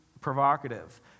provocative